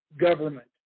government